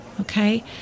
okay